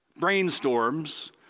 brainstorms